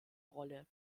rolle